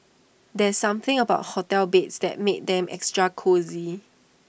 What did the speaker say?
there's something about hotel beds that makes them extra cosy